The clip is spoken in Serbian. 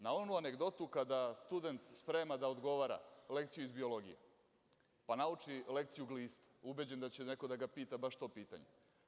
Na onu anegdotu kada student se sprema da odgovara lekciju iz biologije, pa nauči lekciju – gliste, ubeđen da će neko da ga pita baš to pitanje.